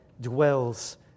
dwells